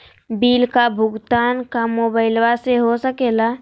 Bill का भुगतान का मोबाइलवा से हो सके ला?